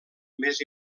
més